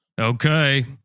Okay